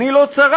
עיני לא צרה,